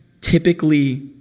typically